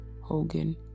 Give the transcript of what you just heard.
Hogan